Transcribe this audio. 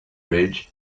ridge